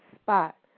spot